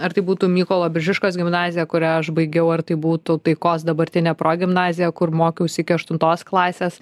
ar tai būtų mykolo biržiškos gimnazija kurią aš baigiau ar tai būtų taikos dabartinė progimnazija kur mokiausi iki aštuntos klasės